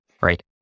right